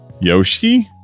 Yoshi